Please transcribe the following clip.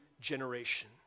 generation